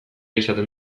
izaten